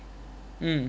mm